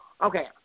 Okay